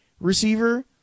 receiver